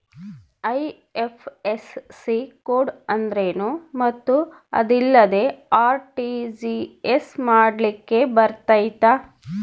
IFSC code ಅಂದ್ರೇನು ಮತ್ತು ಅದಿಲ್ಲದೆ ಆರ್.ಟಿ.ಜಿ.ಎಸ್ ಮಾಡ್ಲಿಕ್ಕೆ ಬರ್ತೈತಾ?